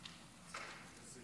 אדוני